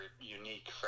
unique